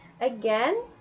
again